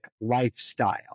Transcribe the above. lifestyle